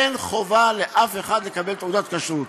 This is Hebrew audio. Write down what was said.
אין חובה לאף אחד לקבל תעודת כשרות.